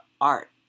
art